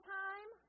time